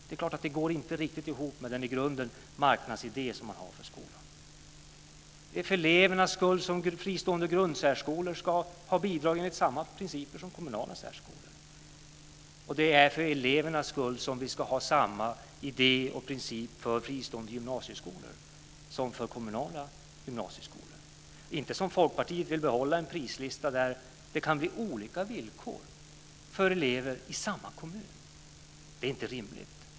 Det är klart att det inte går riktigt ihop med den i grunden marknadsidé som Moderaterna har för skolan. Det är för elevernas skull som fristående särskolor ska ha bidrag enligt samma principer som kommunala särskolor. Det är för elevernas skull som vi ska ha samma idé och princip för fristående gymnasieskolor som för kommunala gymnasieskolor. Det ska inte vara som Folkpartiet vill som vill behålla en prislista där det kan bli olika villkor för elever i samma kommun. Det är inte rimligt.